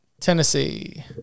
Tennessee